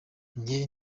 njye